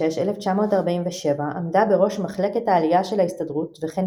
ב-1946–1947 עמדה בראש מחלקת העלייה של ההסתדרות וכן